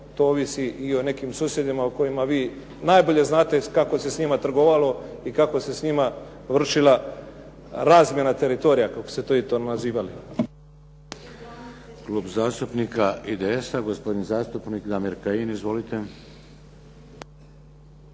to ovisi i o nekim susjedima o kojima vi najbolje znate kako se s njima trgovalo i kako se s njima vršila razmjena teritorija kako ste vi to nazivali. **Šeks, Vladimir (HDZ)** Klub zastupnika IDS-a, gospodin Damir Kajin. Izvolite.